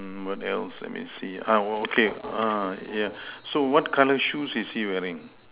mm what else let me see ah okay uh yeah so what colour shoes is he wearing